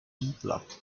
block